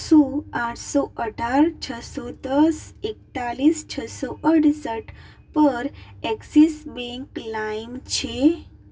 શું આઠસો અઢાર છસો દસ એકતાલીશ છસો અડસઠ પર એક્સિસ બેંક લાઇમ છે